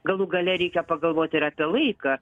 galų gale reikia pagalvot ir apie laiką